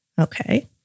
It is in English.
Okay